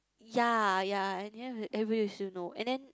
ya ya I knew that every you should know and then